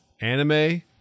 Anime